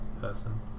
person